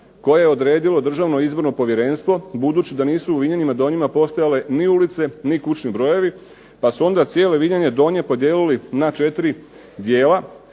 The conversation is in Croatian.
koja je odredilo Državno izborno povjerenstvo, budući da nisu u Vinjanima Donjima postojale ni ulice, ni kućni brojevi. Pa su onda cijele Vinjane Donje podijelili na 4 dijela,